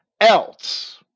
else